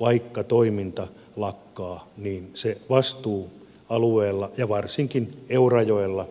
vaikka toiminta lakkaa niin se vastuu alueella ja varsinkin eurajoella